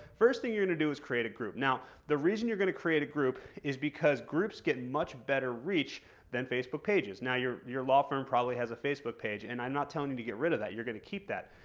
first thing you're going to do is create a group. now the reason you're going to create a group is because groups get much better reach than facebook pages. now, your your law firm probably has a facebook page, and i'm not telling you to get rid of that, you're going to keep that.